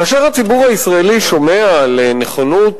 כאשר הציבור הישראלי שומע על נכונות